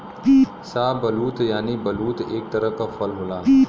शाहबलूत यानि बलूत एक तरह क फल होला